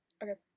okay